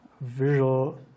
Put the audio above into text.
visual